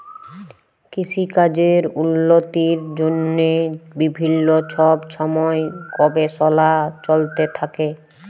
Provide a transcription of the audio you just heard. কিসিকাজের উল্লতির জ্যনহে বিভিল্ল্য ছব ছময় গবেষলা চলতে থ্যাকে